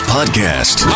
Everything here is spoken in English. Podcast